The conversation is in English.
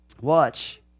Watch